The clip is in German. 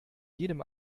jedem